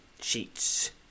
sheets